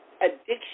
addiction